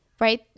right